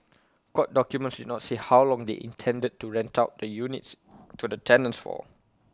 court documents did not say how long they intended to rent out the units to the tenants for